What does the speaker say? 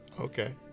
Okay